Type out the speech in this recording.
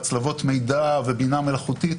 הצלבות מידע ובינה מלאכותית,